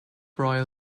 royal